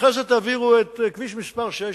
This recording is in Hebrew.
ואחרי זה תעבירו את כביש 6,